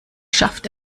schafft